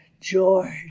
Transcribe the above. George